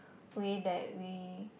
way that we